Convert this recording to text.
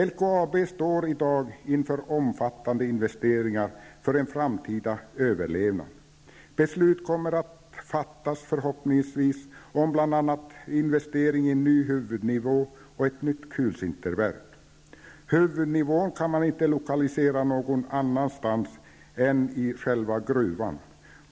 LKAB står i dag inför omfattande investeringar för en framtida överlevnad. Beslut kommer att fattas om förhoppningsvis bl.a. investering i ny huvudnivå och ett nytt kulsinterverk. Huvudnivån kan man inte lokalisera någon annanstans än i själva gruvan.